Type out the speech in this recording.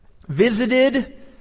Visited